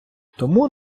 тому